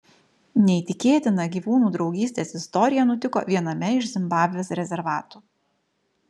neįtikėtina gyvūnų draugystės istorija nutiko viename iš zimbabvės rezervatų